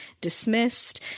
dismissed